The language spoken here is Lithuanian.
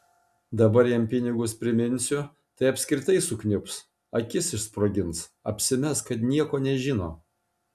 dabar jam pinigus priminsiu tai apskritai sukniubs akis išsprogins apsimes kad nieko nežino